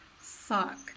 suck